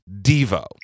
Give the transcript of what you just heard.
Devo